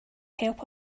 help